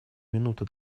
минуты